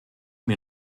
mir